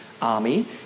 Army